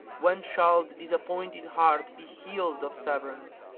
when shall the disappointed heart be healed of severance,